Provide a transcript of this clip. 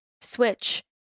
switch